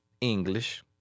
English